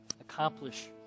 Accomplish